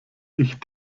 ich